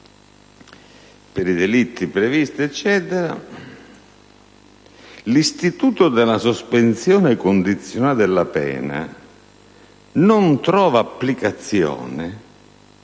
«per i delitti previsti (...) l'istituto della sospensione condizionata della pena non trova applicazione